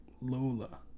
Lola